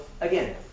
again